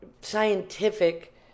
scientific